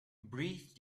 breathe